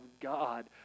God